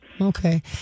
Okay